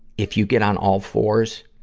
if you get on all fours,